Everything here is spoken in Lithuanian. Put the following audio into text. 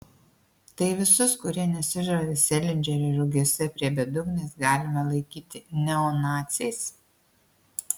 tai visus kurie nesižavi selindžerio rugiuose prie bedugnės galima laikyti neonaciais